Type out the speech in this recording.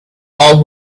all